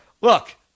Look